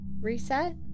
reset